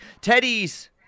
Teddy's –